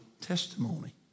testimony